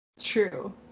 True